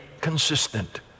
consistent